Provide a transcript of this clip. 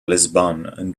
lisbon